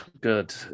good